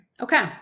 Okay